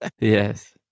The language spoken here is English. Yes